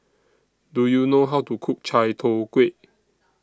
Do YOU know How to Cook Chai Tow Kway